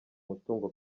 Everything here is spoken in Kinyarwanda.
mutungo